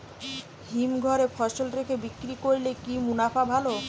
হিমঘরে ফসল রেখে বিক্রি করলে কি মুনাফা ভালো?